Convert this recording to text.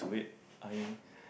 wait I